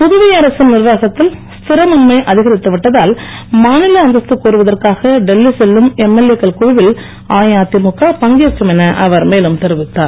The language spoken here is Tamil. புதுவை அரசின் நிர்வாகத்தில் ஸ்திரமின்மை அதிகரித்து விட்டதால் மாநில அந்தஸ்து கோருவதற்காக டெல்லி செல்லும் எம்எல்ஏ க்கள் குழுவில் அஇஅதிமுக பங்கேற்கும் என அவர் மேலும் தெரிவித்தார்